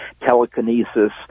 telekinesis